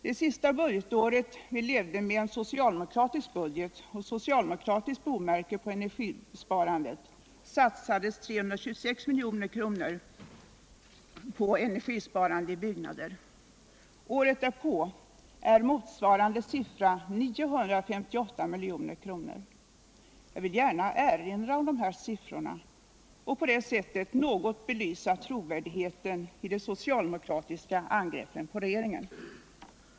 Det sista budgetåret vi levde med en socialdemokratisk budget och ett socialdemokratiskt bomärke på energisparandet satsades 326 milj.kr. på energisparande i byggnader. Året därpå är motsvarande siffra 958 milj.kr. Jag vill gärna erinra om dessa siffror och på detta sätt något belysa trovärdigheten i de socialdemokratiska angreppen på regeringen.